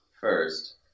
first